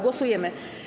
Głosujemy.